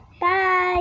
Bye